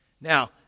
Now